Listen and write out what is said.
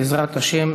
בעזרת השם,